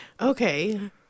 Okay